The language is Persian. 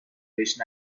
بهش